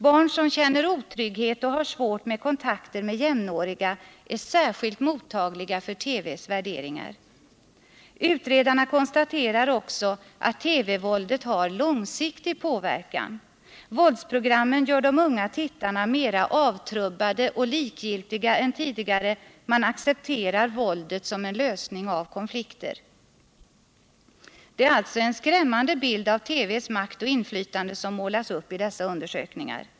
Barn som känner otrygghet och har svårt med kontakter med jämnåriga är särskilt mottagliga för TV:s värderingar. Utredarna konstaterar också att TV-våldet har långsiktig påverkan. Våldsprogrammen gör de unga tittarna mer avtrubbade och likgiltiga än tidigare — man accepterar våldet som en lösning av konflikter. Det är alltså en skrämmande bild av TV:s makt och inflytande som målas upp i dessa undersökningar.